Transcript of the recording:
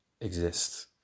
exist